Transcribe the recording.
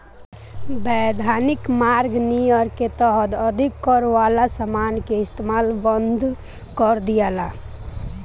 वैधानिक मार्ग नियर के तहत अधिक कर वाला समान के इस्तमाल बंद कर दियाला